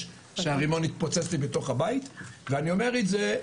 כשהרימון התפוצץ לי בתוך הבית ואני אומר את זה,